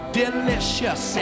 delicious